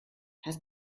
hast